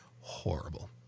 horrible